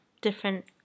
different